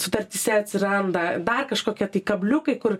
sutartyse atsiranda dar kažkokie kabliukai kur